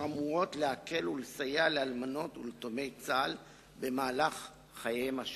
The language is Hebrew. אמורות להקל ולסייע לאלמנות וליתומי צה"ל במהלך חייהם השוטפים.